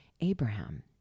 Abraham